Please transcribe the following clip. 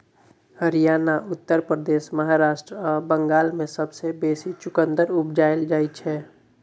हरियाणा, उत्तर प्रदेश, महाराष्ट्र आ बंगाल मे सबसँ बेसी चुकंदर उपजाएल जाइ छै